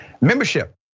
Membership